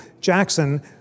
Jackson